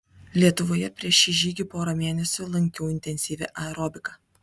lietuvoje prieš šį žygį porą mėnesių lankiau intensyvią aerobiką